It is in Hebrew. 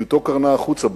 אישיות קרנה החוצה.